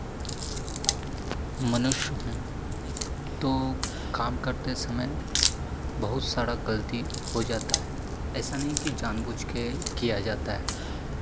मनुष्य हूँ तो काम करते समय बहुत सारा गलती हो जाता है ऐसा नहीं कि जानबूझ के किया जाता है